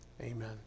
Amen